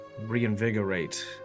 reinvigorate